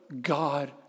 God